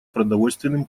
продовольственным